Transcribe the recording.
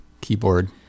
keyboard